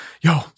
yo